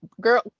Girl